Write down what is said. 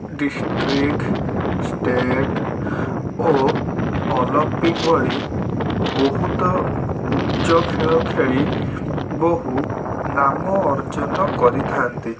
district state ଓ Olympic ଭଳି ବହୁତ ଉଚ୍ଚ ଖେଳ ଖେଳି ବହୁ ନାମ ଅର୍ଜନ କରିଥାନ୍ତି